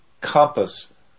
compass